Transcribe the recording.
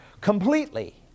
completely